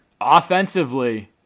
Offensively